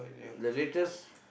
the latest